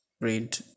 read